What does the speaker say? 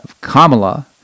Kamala